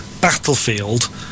battlefield